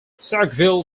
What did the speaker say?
sackville